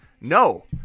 no